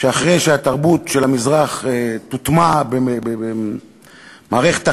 שאחרי שהתרבות של המזרח תוטמע במערכת החינוך,